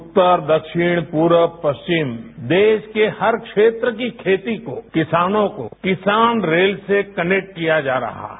उत्तर दक्षिण पूर्व पश्चिम देश के हर क्षेत्र की खेती को किसानों को किसान रेल से कनेक्ट किया जा रहा है